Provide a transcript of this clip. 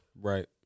Right